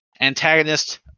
Antagonist